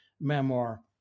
memoir